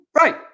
Right